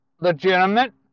legitimate